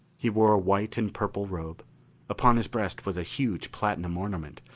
he wore a white and purple robe upon his breast was a huge platinum ornament,